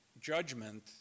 judgment